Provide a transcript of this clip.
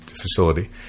facility